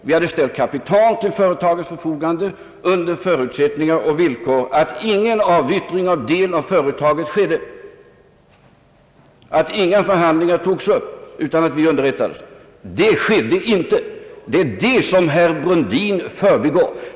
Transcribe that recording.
Vi hade ställt kapital till företagets förfogande under förutsättning och villkor att ingen avyttring av del av företaget skedde utan att vi underrättades. Det skedde inte, och det är det som herr Brundin förbigått.